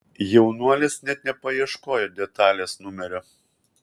jaunuolis net nepaieškojo detalės numerio